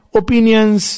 opinions